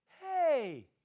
hey